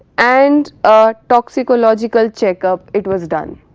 and a toxicological checkup it was done.